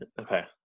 Okay